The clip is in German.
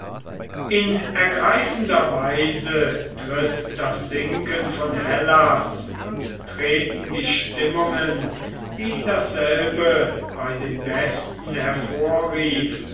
in ergreifender weise tritt das sinken von hellas und treten die stimmungen die dasselbe bei den besten hervorrief